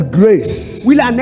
grace